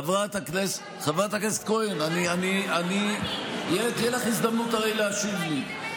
חברת הכנסת כהן, הרי תהיה לך הזדמנות להשיב לי.